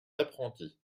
d’apprentis